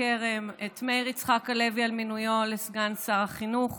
כרם ואת מאיר יצחק הלוי על מינויו לסגן שר החינוך